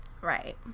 Right